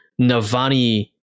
Navani